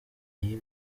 yibyo